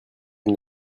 une